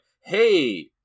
hey